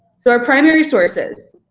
so our primary sources